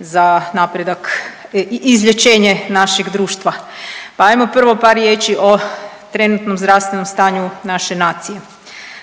za napredak i izlječenje našeg društva, pa ajmo prvo par riječi o trenutnom zdravstvenom stanju naše nacije.